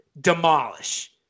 demolish